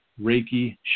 Reiki